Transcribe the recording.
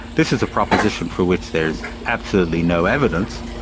this is a proposition for which there's absolutely no evidence.